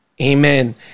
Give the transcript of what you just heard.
Amen